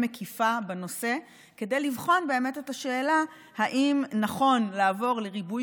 מקיפה בנושא כדי לבחון באמת את השאלה אם נכון לעבור לריבוי